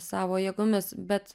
savo jėgomis bet